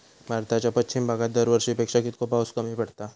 भारताच्या पश्चिम भागात दरवर्षी पेक्षा कीतको पाऊस कमी पडता?